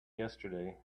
yesterday